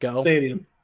Stadium